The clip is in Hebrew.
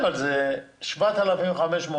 נצטרך עוד כמה שעות ועוד כמה ימים בשביל ללמוד,